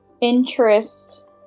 interest